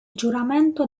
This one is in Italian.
giuramento